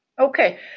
Okay